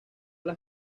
las